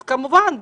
כמובן,